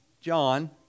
John